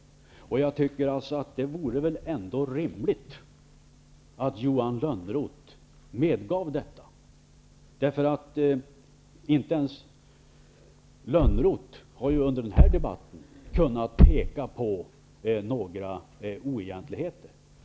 Jag tycker alltså att det ändå vore rimligt att Johan Lönnroth medgav detta, därför att inte ens Johan Lönnroth under denna debatt har kunnat peka på några oegentligheter.